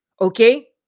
okay